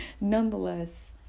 nonetheless